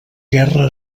guerra